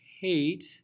hate